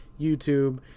YouTube